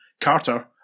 Carter